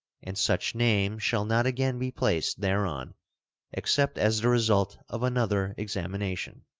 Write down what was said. and such name shall not again be placed thereon except as the result of another examination.